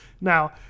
Now